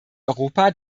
europa